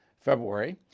February